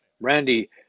Randy